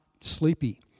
sleepy